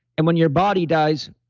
and when your body dies,